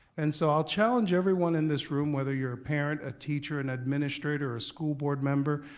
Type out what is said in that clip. and so i'll challenge everyone in this room, whether you're a parent, a teacher, an administrator, or a school board member,